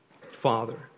Father